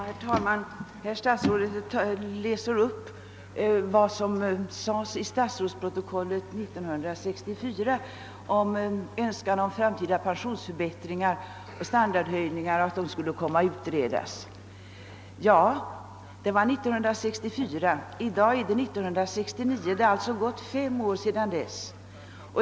Herr talman! Herr statsrådet läste upp vad som uttalades i statsverkspropositionen år 1964 om önskvärdheten av att framtida pensionsförbättringar och standardhöjningar för pensionärerna skulle ske. Ja, det var 1964. I dag har vi år 1969 och det har alltså förflutit fem år sedan dess.